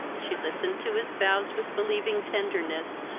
she listened to his vows with believing tenderness,